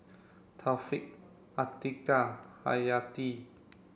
Taufik Atiqah Hayati